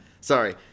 Sorry